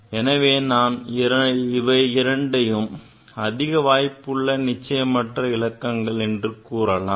எனவே நாம் இவை இரண்டையும் அதிக வாய்ப்புள்ள நிச்சயமற்ற இலக்கங்கள் என்று கூறலாம்